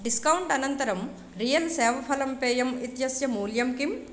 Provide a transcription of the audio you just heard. discount अनन्तरं real सेवफलं पेयम् इत्यस्य मूल्यं किम्